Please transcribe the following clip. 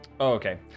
okay